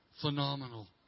phenomenal